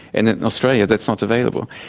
and in australia that's not available.